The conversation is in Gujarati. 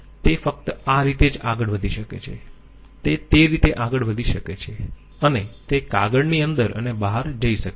તે ફક્ત આ રીતે જ આગળ વધી શકે છે તે તે રીતે આગળ વધી શકે છે અને તે કાગળની અંદર અને બહાર જઈ શકે છે